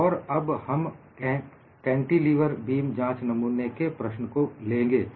और अब हम एक कैंटीलेवर बीम जांच नमूने के प्रश्न को लेंगे